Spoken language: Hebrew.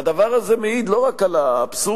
והדבר הזה מעיד לא רק על האבסורדיות,